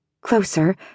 closer